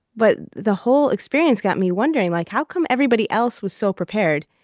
but the whole experience got me wondering, like how come everybody else was so prepared?